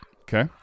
Okay